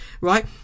right